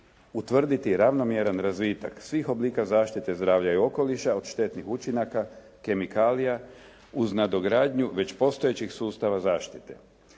utvrditi ravnomjeran razvitak svih oblika zaštite zdravlja i okoliša od štetnih učinaka, kemikalija, uz nadogradnju već postojećih sustava zaštite.